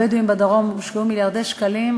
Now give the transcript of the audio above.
ביישובים הבדואיים בדרום הושקעו מיליארדי שקלים,